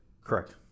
Correct